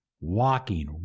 walking